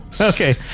Okay